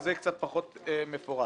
וזה קצת פחות מפורט.